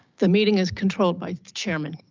the meeting is controlled by the chairman,